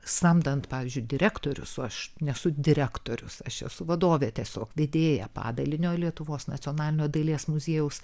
samdant pavyzdžiui direktorius o aš nesu direktorius aš esu vadovė tiesiog vedėja padalinio lietuvos nacionalinio dailės muziejaus